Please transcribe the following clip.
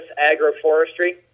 agroforestry